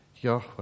Yahweh